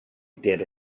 did